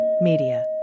Media